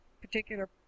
particular